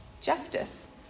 Justice